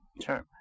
term